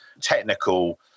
technical